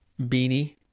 beanie